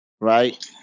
right